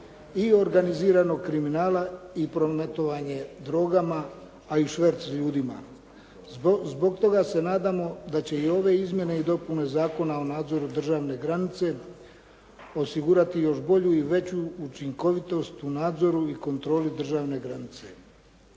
i organiziranog kriminala i prometovanje drogama, a i šverc ljudima. Zbog toga se nadamo da će i ove izmjene i dopune Zakona o nadzoru državne granice osigurati još bolju i veću učinkovitost u nadzoru i kontroli državne granice.